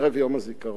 ערב יום הזיכרון